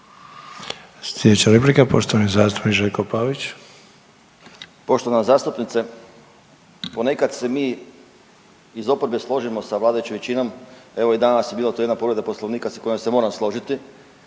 **Pavić, Željko (Nezavisni)** Poštovana zastupnice, ponekad se mi iz oporbe složimo sa vladajućom većinom. Evo i danas je bila tu jedna povreda Poslovnika sa kojom se moram složiti.